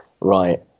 right